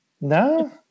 No